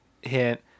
hint